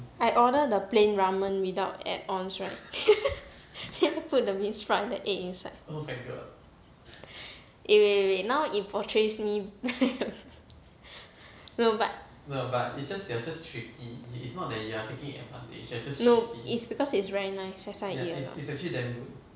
I order the pain ramen without add ons right then I put the bean sprout and the egg inside eh wait wait wait now it portrays me no but no it's because it's very nice that's why I eat a lot